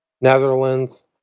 Netherlands